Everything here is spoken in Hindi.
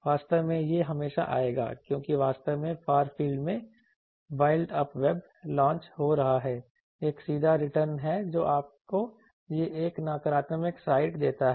वास्तव में यह हमेशा आएगा क्योंकि वास्तव में फार फील्ड में वाइल्ड अप वेब लॉन्च हो रहा है एक सीधा रिटर्न है जो आपको यह एक नकारात्मक साइड देता है